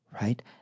right